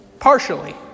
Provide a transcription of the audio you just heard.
Partially